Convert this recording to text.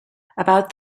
about